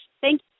Thank